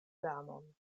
damon